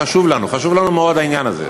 חשוב לנו, חשוב לנו מאוד העניין הזה.